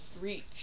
Reach